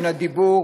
בין הדיבור